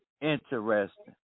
interesting